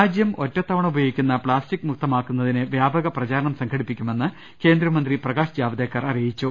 രാജ്യം ഒറ്റത്തവണ ഉപയോഗിക്കുന്ന പ്ലാസ്റ്റിക്ക് മുക്തമാക്കു ന്നതിന് വ്യാപക പ്രചാരണം സംഘടിപ്പിക്കുമെന്ന് കേന്ദ്ര മന്ത്രി പ്രകാശ് ജാവ്ദേക്കർ അറിയിച്ചു